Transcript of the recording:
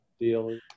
deal